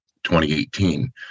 2018